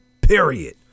period